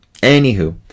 Anywho